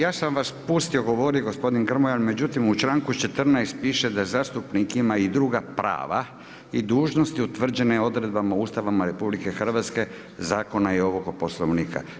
Ja sam vas pustio govoriti gospodine Grmoja međutim u članku 14. piše da zastupnik ima i druga prava i dužnosti utvrđene odredbama Ustava RH zakona i ovoga Poslovnika.